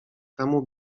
temu